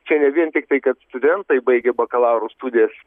čia ne vien tiktai kad studentai baigę bakalauro studijas